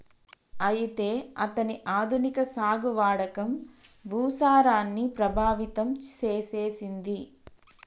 అయితే అతని ఆధునిక సాగు వాడకం భూసారాన్ని ప్రభావితం సేసెసింది